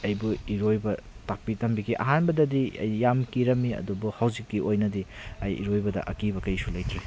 ꯑꯩꯕꯨ ꯏꯔꯣꯏꯕ ꯇꯥꯛꯄꯤ ꯇꯝꯕꯤꯈꯤ ꯑꯍꯥꯟꯕꯗꯗꯤ ꯑꯩ ꯌꯥꯝ ꯀꯤꯔꯝꯃꯤ ꯑꯗꯨꯕꯨ ꯍꯧꯖꯤꯛꯀꯤ ꯑꯣꯏꯅꯗꯤ ꯑꯩ ꯏꯔꯣꯏꯕꯗ ꯑꯀꯤꯕ ꯀꯔꯤꯁꯨ ꯂꯩꯇ꯭ꯔꯦ